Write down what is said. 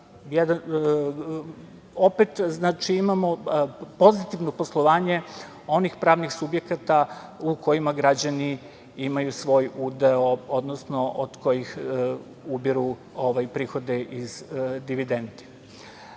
opet imamo pozitivno poslovanje onih pravnih subjekata u kojima građani imaju svoj udeo, odnosno od kojih ubiraju prihode iz dividendi. Ono